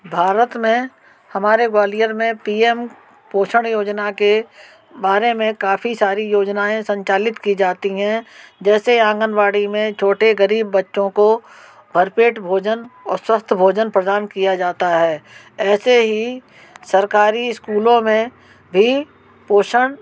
भारत में हमारे ग्वालियर में पी एम पोषण योजना के बारे में काफ़ी सारी योजनाएँ संचालित की जाती हैं जैसे आंगनवाड़ी में छोटे गरीब बच्चों को भर पेट भोजन और स्वस्थ भोजन प्रदान किया जाता है ऐसे ही सरकारी स्कूलों में भी पोषण